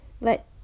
Let